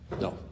No